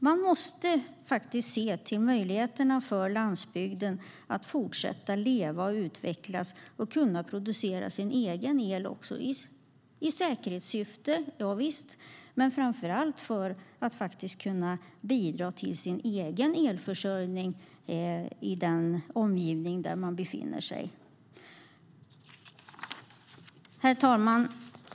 Man måste se till möjligheterna för landsbygden att fortsätta att leva, utvecklas och kunna producera sin egen el, och detta i säkerhetssyfte, men framför allt för att kunna bidra till sin egen elförsörjning i den omgivning som man befinner sig i. Herr talman!